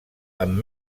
amb